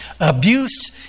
abuse